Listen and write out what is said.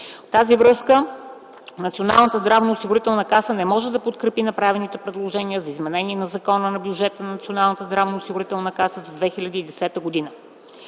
тази връзка НЗОК не може да подкрепи направените предложения за изменение на Закона за бюджета на НЗОК за 2010 г.